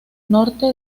norte